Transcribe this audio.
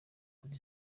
kuri